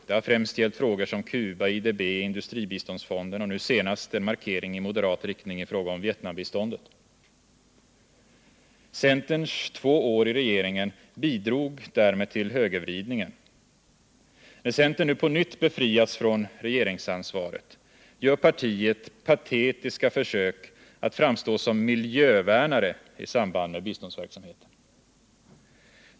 Det har främst gällt frågor som Cuba, IDB, industribiståndsfonden och nu senast en markering i moderat riktning i fråga om Vietnambiståndet. Centerns två år i regeringen bidrog därmed till högervridningen. När centern nu befriats från regeringsansvaret gör partiet patetiska försök att framstå som miljövärnare i samband med biståndsverksamheten.